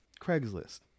Craigslist